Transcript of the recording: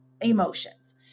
emotions